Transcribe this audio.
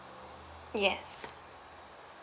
yes